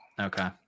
Okay